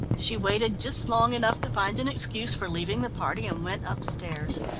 she waited just long enough to find an excuse for leaving the party, and went upstairs.